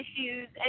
issues